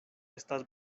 estas